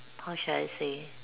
how should I say